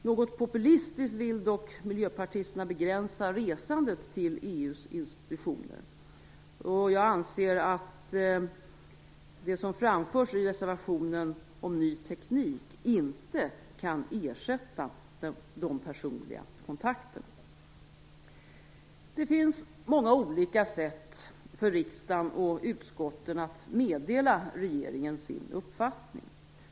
Något populistiskt vill dock miljöpartisterna begränsa resandet till EU:s institutioner. Jag anser att det som framförs i reservationen om ny teknik inte kan ersätta de personliga kontakterna. Det finns många olika sätt för riksdagen och utskotten att meddela regeringen sin uppfattning.